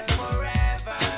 forever